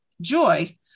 joy